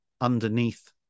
underneath